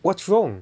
what's wrong